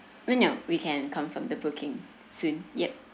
oh no we can confirm the booking soon yet